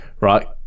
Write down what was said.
Right